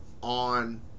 on